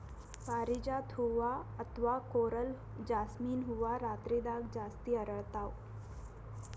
ಪಾರಿಜಾತ ಹೂವಾ ಅಥವಾ ಕೊರಲ್ ಜಾಸ್ಮಿನ್ ಹೂವಾ ರಾತ್ರಿದಾಗ್ ಜಾಸ್ತಿ ಅರಳ್ತಾವ